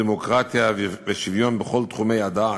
דמוקרטיה ושוויון בכל תחומי הדעת,